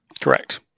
Correct